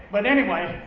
but anyway,